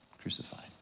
crucified